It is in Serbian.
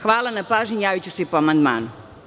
Hvala na pažnji i javiću se po amandmanu.